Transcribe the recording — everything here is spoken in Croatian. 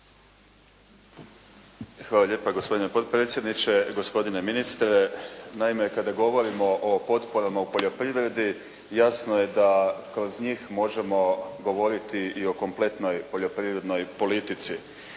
Hvala lijepa gospodine potpredsjedniče, gospodine ministre. Naime, kada govorimo o potporama u poljoprivredi jasno je da kroz njih možemo govoriti i o kompletnoj poljoprivrednoj politici.